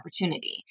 opportunity